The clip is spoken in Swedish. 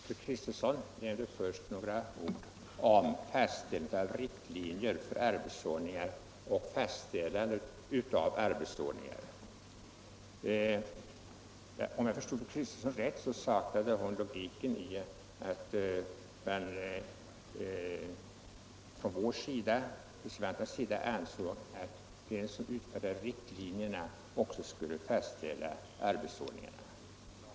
Herr talman! Fru Kristensson nämnde först några ord om fastställande av riktlinjer för arbetsordningar och fastställande av arbetsordningar. Om jag förstod fru Kristensson rätt saknade hon logiken i att man från re servanternas sida ansåg att den som utfärdade riktlinjerna också skulle fastställa arbetsordningarna.